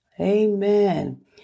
Amen